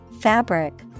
fabric